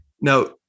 Now